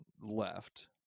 left